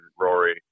Rory